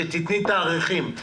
כשתתני תאריכים,